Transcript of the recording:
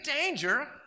danger